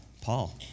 Paul